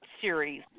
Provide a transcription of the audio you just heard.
series